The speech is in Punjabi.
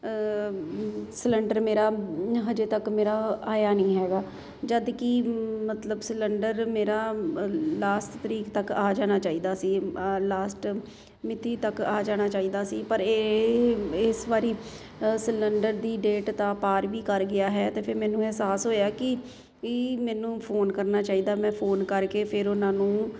ਸਲੰਡਰ ਮੇਰਾ ਹਾਲੇ ਤੱਕ ਮੇਰਾ ਆਇਆ ਨਹੀਂ ਹੈਗਾ ਜਦੋਂ ਕਿ ਮਤਲਬ ਸਲੰਡਰ ਮੇਰਾ ਲਾਸਟ ਤਰੀਕ ਤੱਕ ਆ ਜਾਣਾ ਚਾਹੀਦਾ ਸੀ ਲਾਸਟ ਮਿਤੀ ਤੱਕ ਆ ਜਾਣਾ ਚਾਹੀਦਾ ਸੀ ਪਰ ਇਹ ਇਸ ਵਾਰੀ ਸਲੰਡਰ ਦੀ ਡੇਟ ਤਾਂ ਪਾਰ ਵੀ ਕਰ ਗਿਆ ਹੈ ਅਤੇ ਫਿਰ ਮੈਨੂੰ ਅਹਿਸਾਸ ਹੋਇਆ ਕਿ ਵੀ ਮੈਨੂੰ ਫੋਨ ਕਰਨਾ ਚਾਹੀਦਾ ਮੈਂ ਫੋਨ ਕਰਕੇ ਫਿਰ ਉਹਨਾਂ ਨੂੰ